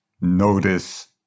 notice